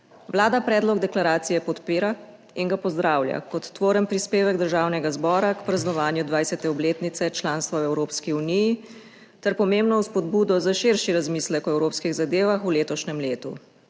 Vlada predlog deklaracije podpira in ga pozdravlja kot tvoren prispevek Državnega zbora k praznovanju 20. obletnice članstva v Evropski uniji ter pomembno spodbudo za širši razmislek o evropskih zadevah v letošnjem letu.